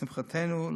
לשמחתנו,